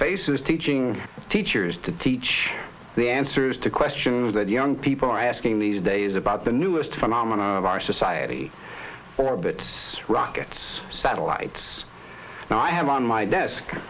face is teaching teachers to teach the answers to questions that young people are asking these days about the newest phenomena of our society orbits rockets satellites now i have on my desk